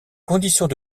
conditions